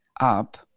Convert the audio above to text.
up